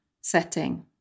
setting